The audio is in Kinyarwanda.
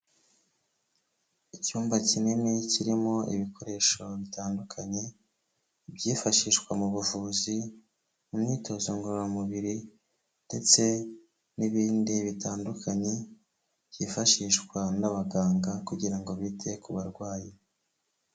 Icyumba kinini kirimo ibikoresho bitandukanye byifashishwa mu buvuzi, mu myitozo ngororamubiri ndetse n'ibindi bitandukanye byifashishwa n'abaganga kugira ngo bite ku barwayi.